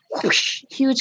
huge